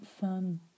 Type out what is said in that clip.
fun